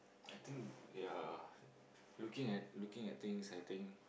I think yeah looking at looking at things I think